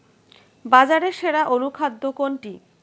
বাজারে সেরা অনুখাদ্য কোনটি?